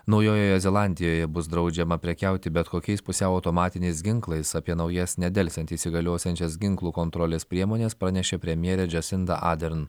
naujojoje zelandijoje bus draudžiama prekiauti bet kokiais pusiau automatiniais ginklais apie naujas nedelsiant įsigaliosiančias ginklų kontrolės priemones pranešė premjerė džesinda adern